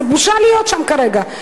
זו בושה להיות שם כרגע,